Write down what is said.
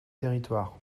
territoires